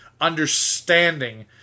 understanding